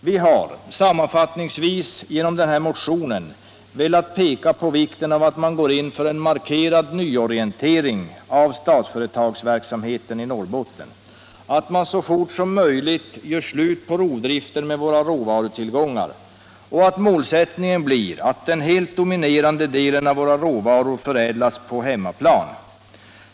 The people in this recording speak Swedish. Vi har, sammanfattningsvis, med den här motionen velat peka på vikten av att man går in för en markerad nyorientering av Statsföretags verksamhet i Norrbotten, att man så fort som möjligt gör slut på rovdriften på råvarutillgångarna och att målsättningen blir att den helt dominerande delen av våra råvaror förädlas på hemmaplan.